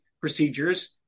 procedures